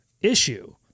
issue